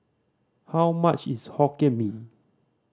how much is Hokkien Mee